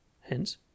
hence